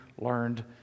learned